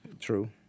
True